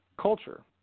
culture